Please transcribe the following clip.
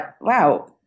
wow